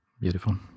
Beautiful